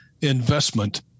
investment